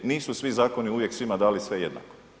Nisu svi zakoni uvijek svima dali sve jednako.